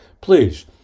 please